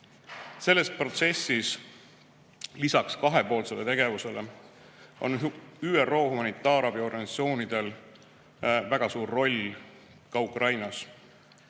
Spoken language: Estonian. Selles protsessis on lisaks kahepoolsele tegevusele ÜRO humanitaarabiorganisatsioonidel väga suur roll ka Ukrainas.